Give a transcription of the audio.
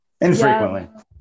Infrequently